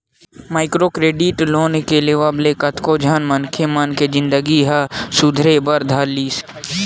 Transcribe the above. micro credit loan के लेवब म कतको झन मनखे मन के जिनगी ह सुधरे बर धर लिस